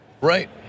Right